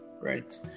right